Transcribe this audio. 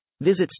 Visit